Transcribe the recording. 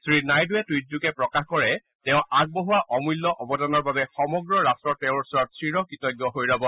শ্ৰীনাইডুৱে টৃইটযোগে প্ৰকাশ কৰে যে তেওঁ আগবঢ়োৱা অমূল্য অৱদানৰ বাবে সমগ্ৰ ৰাট্ট তেওঁৰ ওচৰত চিৰ কৃতজ্ঞ হৈ ৰব